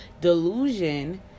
Delusion